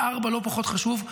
4. לא פחות חשוב,